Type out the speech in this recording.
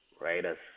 Raiders